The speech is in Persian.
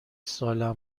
ساله